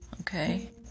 Okay